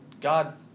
God